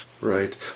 Right